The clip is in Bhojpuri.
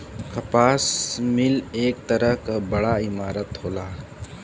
कपास मिल एक तरह क बड़ा इमारत होला